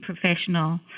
professional